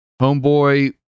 homeboy